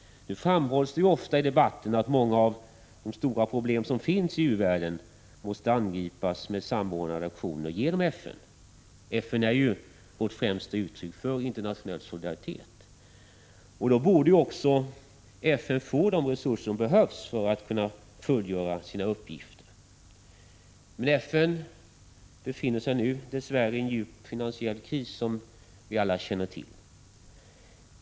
Nu framhålls det ofta i debatten att många av de stora problem som finns i u-världen måste angripas med samordnade aktioner genom FN. FN är ju vårt främsta uttryck för internationell solidaritet. Då borde ju också FN få de resurser som behövs för att organisationen skall kunna fullgöra sina uppgifter. Men FN befinner sig nu dess värre, som vi alla känner till, i en djup finansiell kris.